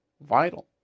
vital